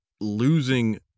losing